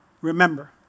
Remember